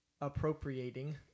appropriating